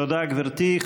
תודה, גברתי.